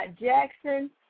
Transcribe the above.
Jackson